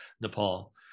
Nepal